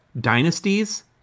dynasties